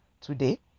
today